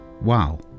Wow